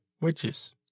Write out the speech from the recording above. witches